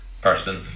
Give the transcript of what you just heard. person